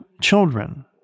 children